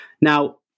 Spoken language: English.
Now